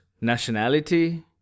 nationality